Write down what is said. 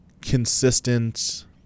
consistent